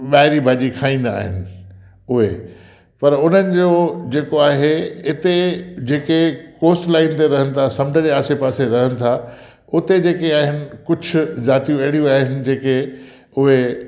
ॿाहिरी भाॼी खाईंदा आहिनि उहे पर उन्हनि जो जेको आहे हिते जेके कोस्ट लाइन ते रहनि था समुंड जे आसे पासे रहनि था उते जेके आहिनि कुझु जातियूं अहिड़ियूं आहिनि जेके उहे